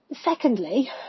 Secondly